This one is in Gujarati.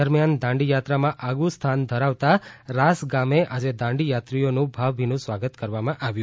દરમિયાન દાંડી યાત્રામાં આગવું સ્થાન ધરાવતા રાસ ગામે આજે દાંડીયાત્રીઓનું ભાવભીનું સ્વાગત કરવામાં આવ્યું